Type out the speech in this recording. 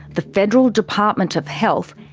the federal department of health,